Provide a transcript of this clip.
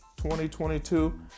2022